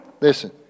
Listen